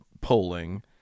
polling